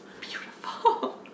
Beautiful